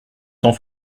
cent